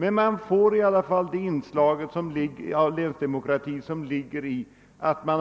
Men man får i alla fall det inslag av länsdemokrati som ligger i att man